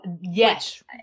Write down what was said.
yes